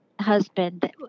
husband